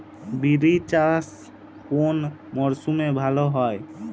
বিরি চাষ কোন মরশুমে ভালো হবে?